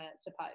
suppose